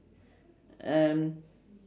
um